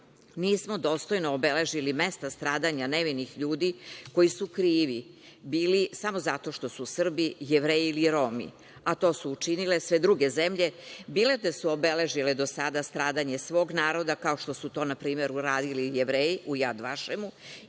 nismo dostojno obeležili mesta stradanja nevinih ljudi koji su krivi bili samo zato što su Srbi, Jevreji ili Romi, a to su učinile sve druge zemlje, bilo da su obeležile do sada stradanje svog naroda, kao što su to uradili Jevreji u Jad Vašemu